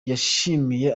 yashimiye